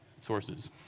sources